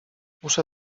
muszę